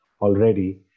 already